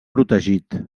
protegit